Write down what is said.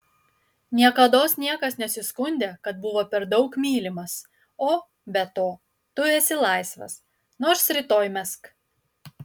niekados niekas nesiskundė kad buvo per daug mylimas o be to tu esi laisvas nors rytoj mesk